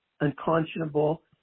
unconscionable